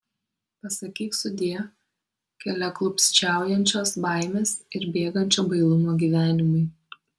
pasakyk sudie keliaklupsčiaujančios baimės ir bėgančio bailumo gyvenimui